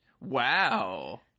Wow